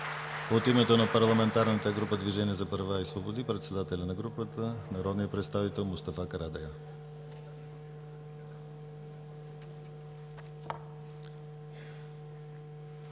От името на Парламентарната група на Движението за права и свободи – председателят на групата народният представител Мустафа Карадайъ.